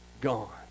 gone